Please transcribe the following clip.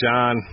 John